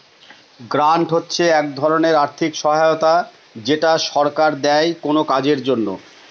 grant হচ্ছে এক ধরনের আর্থিক সহায়তা যেটা সরকার দেয় কোনো কাজের জন্য